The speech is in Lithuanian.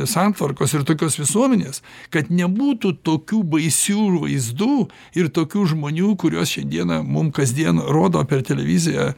santvarkos ir tokios visuomenės kad nebūtų tokių baisių vaizdų ir tokių žmonių kuriuos šiandieną mum kasdien rodo per televiziją